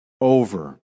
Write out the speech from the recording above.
over